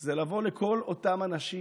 זה לבוא לכל אותם אנשים